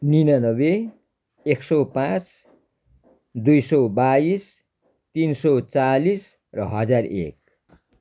निनानब्बे एक सय पाँच दुई सय बाइस तिन सय चालिस र हजार एक